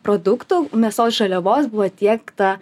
produktų mėsos žaliavos buvo tiekta